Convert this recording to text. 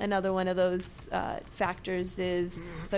another one of those factors is the